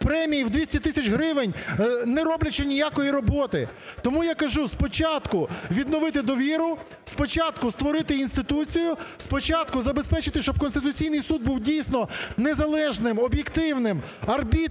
премію у 200 тисяч гривень, не роблячи ніякої роботи. Тому я кажу, спочатку відновити довіру, спочатку створити інституцію, спочатку забезпечити, щоб Конституційний Суд був дійсно незалежним, об'єктивним арбітром